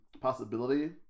possibility